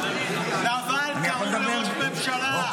קראו לראש ממשלה "נבל".